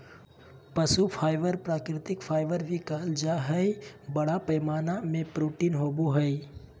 पशु फाइबर प्राकृतिक फाइबर भी कहल जा हइ, बड़ा पैमाना में प्रोटीन होवो हइ